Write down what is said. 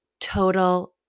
total